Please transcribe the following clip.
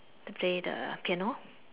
to play the piano